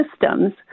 systems